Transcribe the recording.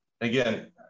again